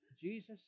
Jesus